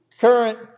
current